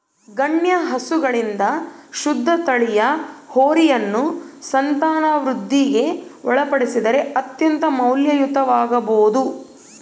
ಗಣ್ಯ ಹಸುಗಳಿಂದ ಶುದ್ಧ ತಳಿಯ ಹೋರಿಯನ್ನು ಸಂತಾನವೃದ್ಧಿಗೆ ಒಳಪಡಿಸಿದರೆ ಅತ್ಯಂತ ಮೌಲ್ಯಯುತವಾಗಬೊದು